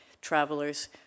travelers